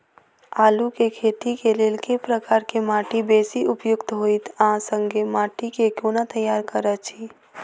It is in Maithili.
आलु केँ खेती केँ लेल केँ प्रकार केँ माटि बेसी उपयुक्त होइत आ संगे माटि केँ कोना तैयार करऽ छी?